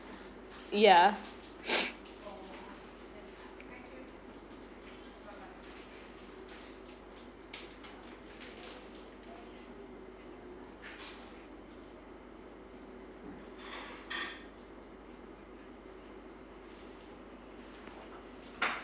ya